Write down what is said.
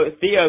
Theo